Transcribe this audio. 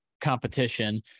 competition